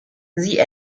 sie